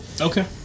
Okay